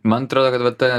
man atrodo kad vat ta